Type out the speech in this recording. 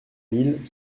mille